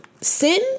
sin